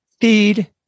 feed